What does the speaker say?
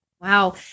Wow